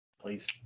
please